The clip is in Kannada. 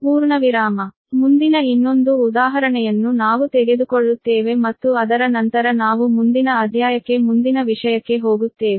ಆದ್ದರಿಂದ ಮುಂದಿನ ಇನ್ನೊಂದು ಉದಾಹರಣೆಯನ್ನು ನಾವು ತೆಗೆದುಕೊಳ್ಳುತ್ತೇವೆ ಮತ್ತು ಅದರ ನಂತರ ನಾವು ಮುಂದಿನ ಅಧ್ಯಾಯಕ್ಕೆ ಮುಂದಿನ ವಿಷಯಕ್ಕೆ ಹೋಗುತ್ತೇವೆ